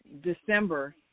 December